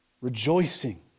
rejoicing